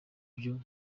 byo